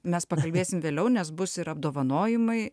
mes pakalbėsim vėliau nes bus ir apdovanojimai